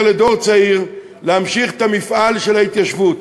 לדור הצעיר להמשיך את המפעל של ההתיישבות.